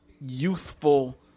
youthful